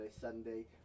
Sunday